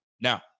Now